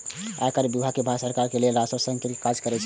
आयकर विभाग भारत सरकार लेल राजस्व संग्रह के काज करै छै